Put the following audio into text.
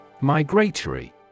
Migratory